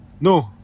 No